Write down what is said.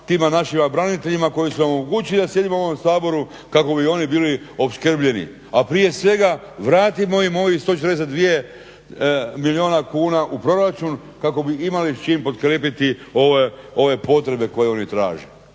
tima našima braniteljima koji su nam omogućili da sjedimo u ovom Saboru kako bi oni bili opskrbljeni a prije svega vratimo im onih 142 milijuna kuna u proračun kako bi imali s čim pokrijepiti ove potrebe koje one traže.